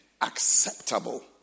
acceptable